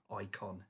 icon